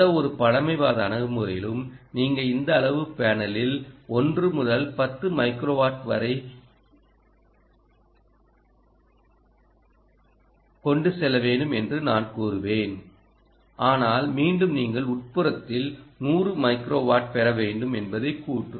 எந்தவொரு பழமைவாத அணுகுமுறையிலும் நீங்கள் இந்த அளவு பேனலில் 1 முதல் 10 மைக்ரோவாட் வரை கொண்டு செல்ல வேண்டும் என்று நான் கூறுவேன் ஆனால் மீண்டும் நீங்கள் உட்புறத்தில் 100 மைக்ரோவாட் பெற வேண்டும் என்பதே கூற்று